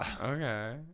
Okay